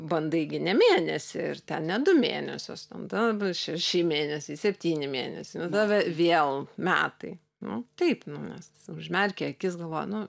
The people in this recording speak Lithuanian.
bandai gi ne mėnesį ir ten ne du mėnesius tada šeši mėnesiai septyni mėnesiai nu tada vėl metai nu taip nu mes užmerki akis galvoji nu